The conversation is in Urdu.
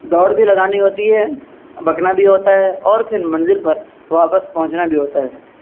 دوڑ بھی لگانی ہوتی ہے بکنا بھی ہوتا ہے اور پھر منزل پر واپس پہنچنا بھی ہوتا ہے